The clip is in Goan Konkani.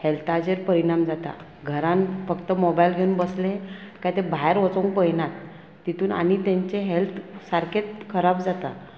हेल्ताचेर परिणाम जाता घरान फक्त मोबायल घेवन बसले काय ते भायर वचोंक पळयनात तितून आनी तेंचे हेल्थ सारकें खराब जाता